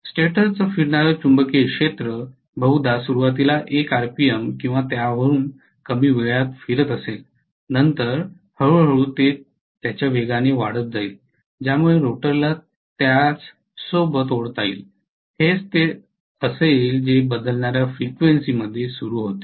stator च फिरणारे चुंबकीय क्षेत्र बहुधा सुरवातीला1 आरपीएम किंवा त्याहून कमी वेळात फिरत असेल नंतर हळू हळू ते त्याच्या वेगाने वाढत जाईल ज्यामुळे रोटरला त्यास सोबत ओढता येईल हे तेचं असेल जे बदलणार्या फ्रिक्वेन्सी मध्ये सुरू होते